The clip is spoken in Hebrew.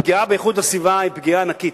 הפגיעה באיכות הסביבה היא פגיעה ענקית,